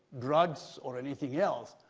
drugs or anything else,